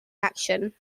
action